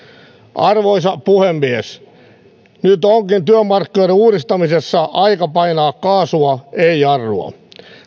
arvoisa puhemies nyt onkin työmarkkinoiden uudistamisessa aika painaa kaasua ei jarrua